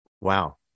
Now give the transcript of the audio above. Wow